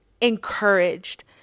encouraged